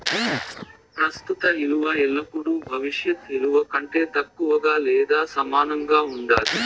ప్రస్తుత ఇలువ ఎల్లపుడూ భవిష్యత్ ఇలువ కంటే తక్కువగా లేదా సమానంగా ఉండాది